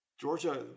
Georgia